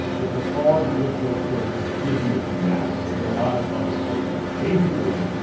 it's a far different sort of constituency map than a lot of other places. basically,